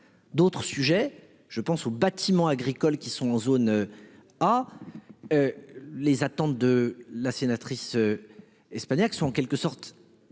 D'autres sujets, je pense au bâtiment agricole qui sont en zone. Ah. Les attentes de la sénatrice. Espagnac sont en quelque sorte